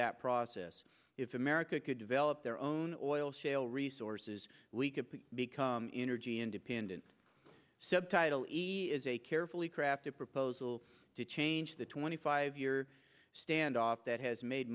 that process if america could develop their own oil shale resources we could become energy independent subtitle is a carefully crafted proposal to change the twenty five year standoff that has made